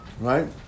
right